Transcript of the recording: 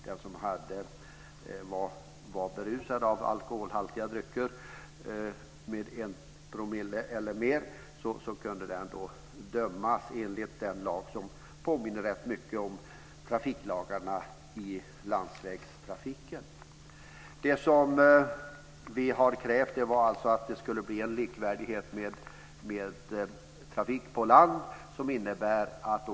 Den som är berusad av alkoholhaltiga drycker med en alkoholhalt av en promille eller högre kan dömas enligt en lag som påminner rätt mycket om lagregleringen av landsvägstrafiken. Vi har krävt en likställighet med de krav som gäller för trafiken till lands.